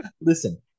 listen